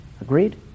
Agreed